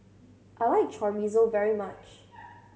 I like Chorizo very much